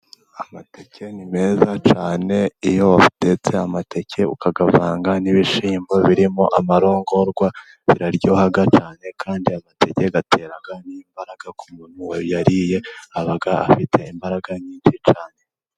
Amateke ni meza cyane iyo watetse amateke, ukagavanga n'ibishimbo birimo amarongorwa, biraryoha cyane, kandi amateke atera n'imbaraga ku muntu wayariye, aba afite imbaraga nyinshi cyane.